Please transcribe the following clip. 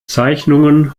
zeichnungen